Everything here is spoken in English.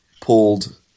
pulled